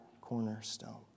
cornerstone